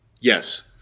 Yes